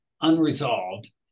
unresolved